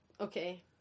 okay